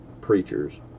preachers